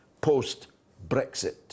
post-Brexit